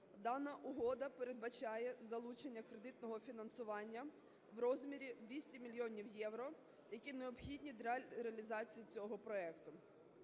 Дана угода передбачає залучення кредитного фінансування в розмірі 200 мільйонів євро, які необхідні для реалізації цього проекту.